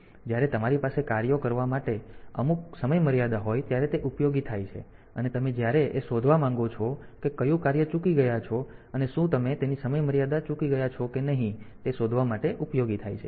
તેથી જ્યારે તમારી પાસે કાર્યો માટે અમુક સમયમર્યાદા હોય ત્યારે તે ઉપયોગી થાય છે અને તમે જયારે એ શોધવા માંગો છો કે કયું કાર્ય ચૂકી ગયા છો અને શું તમે તેની સમયમર્યાદા ચુકી ગયા કે નહીં તે શોધવા માટે ઉપયોગી થાય છે